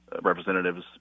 Representatives